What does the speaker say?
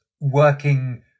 working